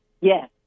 Yes